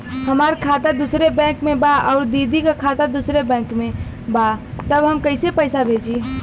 हमार खाता दूसरे बैंक में बा अउर दीदी का खाता दूसरे बैंक में बा तब हम कैसे पैसा भेजी?